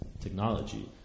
technology